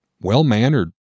well-mannered